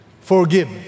forgive